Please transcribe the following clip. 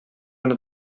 una